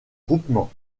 groupement